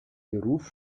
begriff